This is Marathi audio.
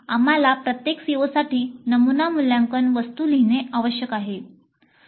आम्हाला प्रत्येक COसाठी नमुना मूल्यांकन वस्तू लिहिणे आवश्यक आहे